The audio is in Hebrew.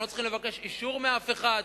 הם לא צריכים לבקש אישור מאף אחד,